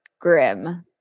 grim